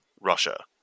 Russia